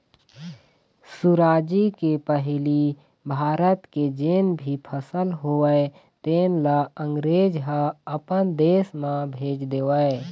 सुराजी के पहिली भारत के जेन भी फसल होवय तेन ल अंगरेज ह अपन देश म भेज देवय